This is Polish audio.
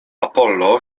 apollo